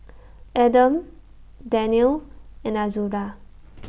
Adam Daniel and Azura